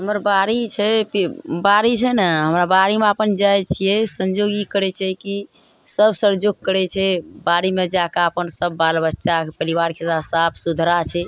हमर बाड़ी छै की बाड़ी छै ने हमरा बाड़ीमे अपन जाइ छियै संयोग ई करय छै की सब सहयोग करय छै बाड़ीमे जाकऽ अपन सब बाल बच्चाके परिवारके साथ साफ सुथरा छै